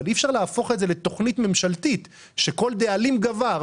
אבל אי אפשר להפוך את זה לתוכנית ממשלתית שבה כל דאלים גבר,